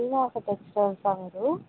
శ్రీనివాసా టెక్స్టైల్సా మీరు